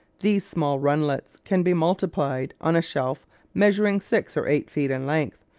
these small runlets can be multiplied, on a shelf measuring six or eight feet in length,